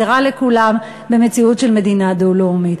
זה רע לכולם מציאות של מדינה דו-לאומית.